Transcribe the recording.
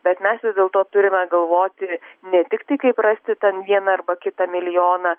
bet mes vis dėlto turime galvoti ne tiktai kaip rasti ten vieną arba kitą milijoną